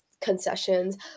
concessions